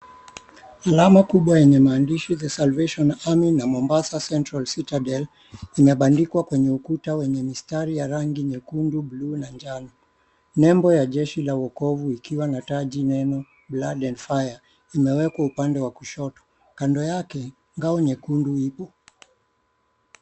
Alama kubwa yenye maandishi The Salvation Army na Mombasa Central Citadel imebandikwa kwenye ukuta wenye mistari ya rangi nyekundu, bluu, na njano. Nembo ya jeshi la wokovu ikiwa inataji neno Blood and Fire imewekwa upande wa kushoto. 𝐾ando 𝑦𝑎𝑘𝑒, ngao nyekundu ipo.